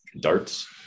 darts